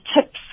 tips